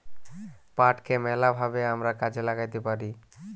পাটকে ম্যালা ভাবে আমরা কাজে ল্যাগ্যাইতে পারি